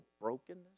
brokenness